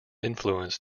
influence